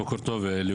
בוקר טוב.